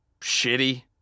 shitty